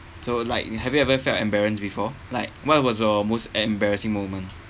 so like have you ever felt embarrassed before like what was your most embarrassing moment